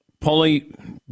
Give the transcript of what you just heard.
Paulie